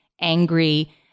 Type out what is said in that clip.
angry